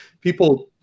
people